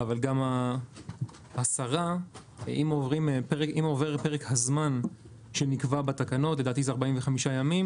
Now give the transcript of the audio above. אבל גם אם עובר פרק הזמן שנקבע בתקנות לדעתי זה 45 ימים